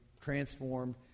transformed